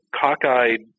cockeyed